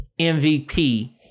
MVP